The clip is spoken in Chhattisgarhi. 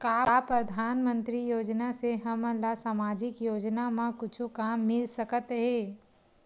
का परधानमंतरी योजना से हमन ला सामजिक योजना मा कुछु काम मिल सकत हे?